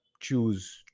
choose